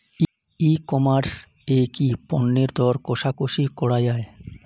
ই commerce এ কি পণ্যের দর কশাকশি করা য়ায়?